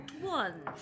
One